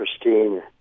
pristine